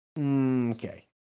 Okay